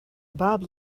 bob